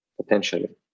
potentially